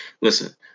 Listen